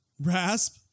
rasp